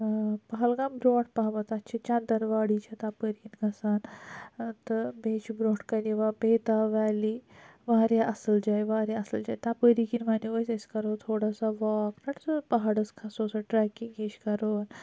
اۭں پَہَلگام برونٛٹھ پَہمَتھ تَتھ چھِ چَندن واڈی چھ تَپٲر کِنۍ گَژھان تہٕ بیٚیہِ چھِ برونٛٹھ کَنۍ یِوان بِیتاب ویلی وارِیاہ اَصٕل جاے وارِیاہ اَصٕل جاے تَپٲری کِنۍ وَنیٚو اَسہِ أسۍ کَرو تھوڑا سُہ واک سُہ پَہاڑس کھسو سُہ ٹریکِنگ ہِش کَرو